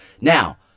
Now